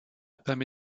permet